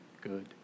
Good